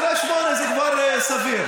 08:00. אחרי 08:00 זה כבר סביר.